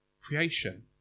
creation